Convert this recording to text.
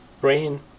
brain